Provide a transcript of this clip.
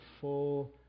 full